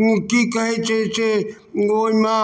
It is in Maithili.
की कहैत छै से ओहिमे